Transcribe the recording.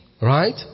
Right